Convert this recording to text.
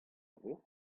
vro